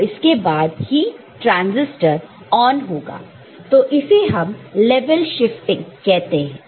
तो इसके बाद ही ट्रांसिस्टर ऑन होगा तो इसे हम लेवल शिफ्टिंग कहते हैं